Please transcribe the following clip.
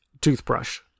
toothbrush